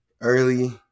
early